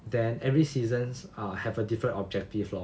then every seasons ah have a different objective lor